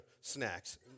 snacks